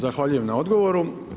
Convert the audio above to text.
Zahvaljujem na odgovoru.